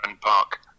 Park